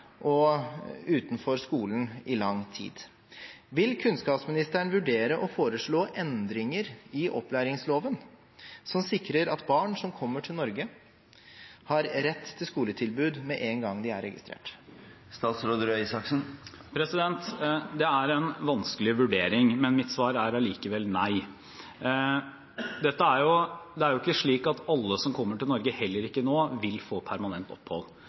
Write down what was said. og har vært utenfor skolen i lang tid. Vil kunnskapsministeren vurdere å foreslå endringer i opplæringsloven som sikrer at barn som kommer til Norge, har rett til skoletilbud med en gang de er registrert? Det er en vanskelig vurdering, men mitt svar er allikevel nei. Det er jo ikke slik at alle som kommer til Norge, heller ikke nå, vil få permanent opphold.